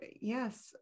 yes